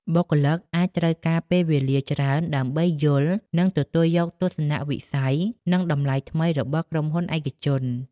បុគ្គលិកអាចត្រូវការពេលវេលាច្រើនដើម្បីយល់ និងទទួលយកទស្សនៈវិស័យ និងតម្លៃថ្មីរបស់ក្រុមហ៊ុនឯកជន។